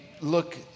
look